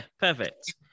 perfect